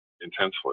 intensely